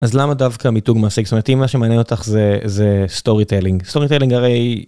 אז למה דווקא מיתוג מעסיק זאת אומרת מה שמעניין אותך זה זה סטורי טלינג סטורי טלינג הרי.